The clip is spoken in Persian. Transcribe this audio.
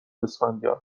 اسفندیار